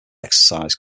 exercise